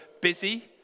busy